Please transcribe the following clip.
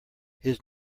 his